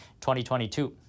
2022